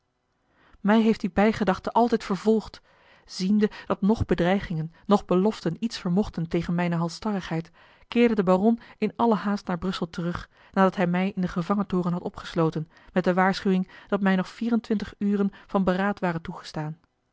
mij heeft die bijgedachte altijd vervolgd ziende dat noch bedreigingen noch beloften iets vermochten tegen mijne halsstarrigheid keerde de baron in alle haast naar brussel terug nadat hij mij in die gevangentoren had opgesloten met de waarschuwing dat mij nog vier en twintig uren van beraad waren toegestaan